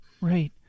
right